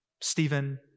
Stephen